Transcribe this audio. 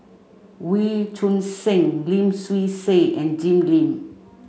Wee Choon Seng Lim Swee Say and Jim Lim